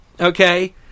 okay